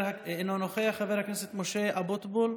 אינו נוכח, חבר הכנסת משה אבוטבול,